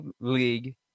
league